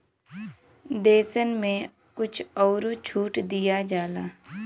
देसन मे कुछ अउरो छूट दिया जाला